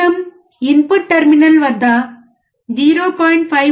మనము input terminal వద్ద 0